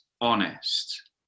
honest